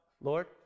Lord